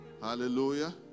Hallelujah